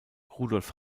rudolf